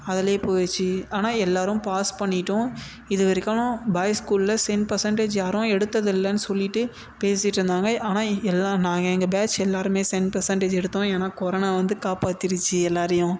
அதுலேயே போயிடுச்சு ஆனால் எல்லோரும் பாஸ் பண்ணிட்டோம் இது வரைக்காலும் பாய்ஸ் ஸ்கூலில் சென்ட் பர்சன்டேஜ் யாரும் எடுத்ததில்லைன்னு சொல்லிட்டு பேசிட்டுருந்தாங்க ஆனால் எல்லாம் நாங்கள் எங்கள் பேட்ச் எல்லோருமே சென்ட் பர்சன்டேஜ் எடுத்தோம் ஏன்னா கொரோனா வந்து காப்பாத்திடுச்சு எல்லோரையும்